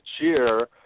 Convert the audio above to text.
cheer